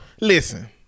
Listen